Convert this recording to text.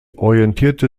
orientierte